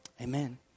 Amen